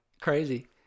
Crazy